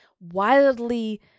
wildly